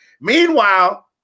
Meanwhile